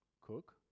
cook